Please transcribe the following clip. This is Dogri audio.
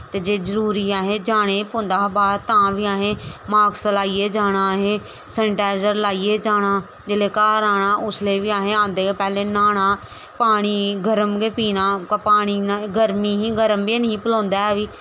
ते जे जरूरी असेंं जाने गै पौंदा हा ते असें मास्क लाइयै जाना असैं सैनिटाइजर लाइयै जाना जिसले घर आना उसले बी असैं आंदे गै न्हाना पानी गर्म गै पीना गर्मी ही गर्म बी नी पलोंदा ऐ हा बी